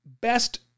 best